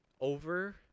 over